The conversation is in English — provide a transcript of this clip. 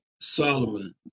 Solomon